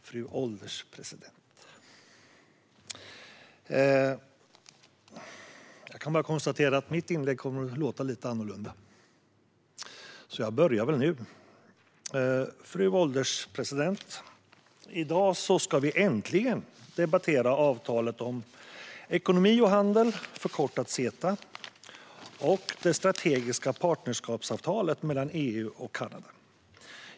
Fru ålderspresident! Jag kan bara konstatera att mitt inlägg kommer att låta lite annorlunda. I dag ska vi äntligen debattera avtalet om ekonomi och handel, CETA, och det strategiska partnerskapsavtalet mellan EU och Kanada.